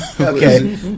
okay